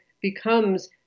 becomes